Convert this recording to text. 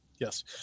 Yes